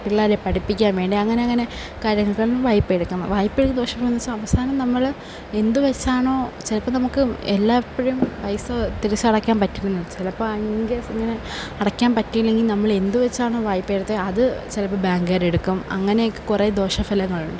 പിള്ളേരെ പഠിപ്പിക്കാന് വേണ്ടി അങ്ങനെയങ്ങനെ കാര്യങ്ങള്ക്കാണ് വായ്പയെടുക്കുന്നത് വായ്പയെടുക്കുന്ന ദോഷഫലമെന്നുവെച്ചാൽ അവസാനം നമ്മൾ എന്ത് വെച്ചാണോ ചിലപ്പം നമ്മൾക്ക് എല്ലായ്പ്പോഴും പൈസ തിരിച്ചടക്കാന് പറ്റില്ലെന്ന് ചിലപ്പം ഭയങ്കര ഇങ്ങനെ അടക്കാന് പറ്റിയില്ലെങ്കില് നമ്മൾ എന്ത് വെച്ചാണോ വായ്പയെടുത്തത് അത് ചിലപ്പം ബാങ്കുകാരെടുക്കും അങ്ങനെയൊക്കെ കുറേ ദോഷഫലങ്ങളുണ്ട്